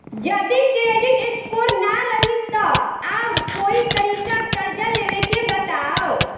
जदि credit score ना रही त आऊर कोई तरीका कर्जा लेवे के बताव?